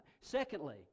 secondly